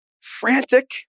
frantic